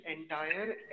entire